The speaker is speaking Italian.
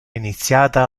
iniziata